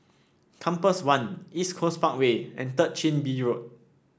Compass One East Coast Parkway and Third Chin Bee Road